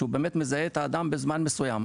שהוא באמת מזהה את האדם בזמן מסוים,